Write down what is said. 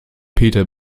peter